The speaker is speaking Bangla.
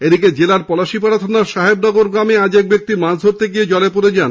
এদিকে জেলার পলাশীপাড়া থানার সাহেবনগর গ্রামে আজ এক ব্যক্তি মাছ ধরতে গিয়ে জলে পড়ে যান